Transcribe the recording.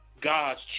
God's